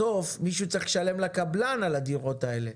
בסוף מישהו צריך לשלם לקבלן על הדירות האלה,